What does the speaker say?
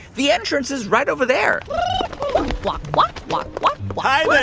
the entrance is right over there walk, walk, walk, walk, walk hi